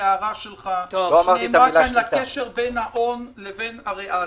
בהערה שלך לקשר בין ההוני לבין הריאלי.